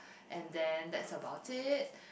and then that's about it